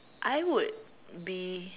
I would be